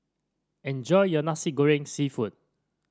enjoy your Nasi Goreng seafood